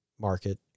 market